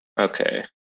Okay